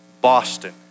Boston